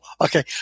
okay